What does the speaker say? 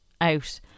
out